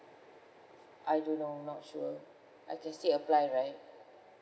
I don't know not sure I can still apply right